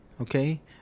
okay